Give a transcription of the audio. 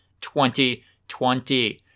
2020